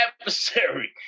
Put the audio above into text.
adversary